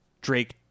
Drake